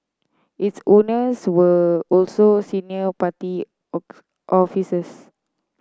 its owners were also senior party officers